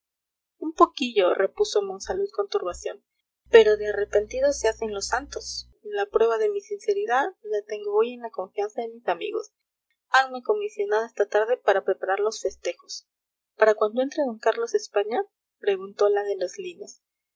un poquillo repuso monsalud con turbación pero de arrepentidos se hacen los santos la prueba de mi sinceridad la tengo hoy en la confianza de mis amigos hanme comisionado esta tarde para preparar los festejos para cuando entre d carlos españa preguntó la de los linos